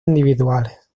individuales